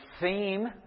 theme